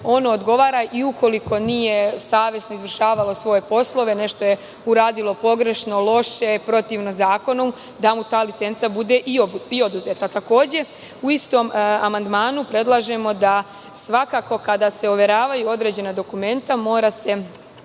ono odgovara. Ukoliko nije savesno izvršavalo svoje poslove, nešto je uradilo pogrešno, loše, protivno zakonu, da mu ta licenca bude i oduzeta. Takođe, u istom amandmanu predlažemo da – svakako kada se overavaju određena dokumenta mora se